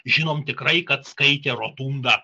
žinom tikrai kad skaitė rotundą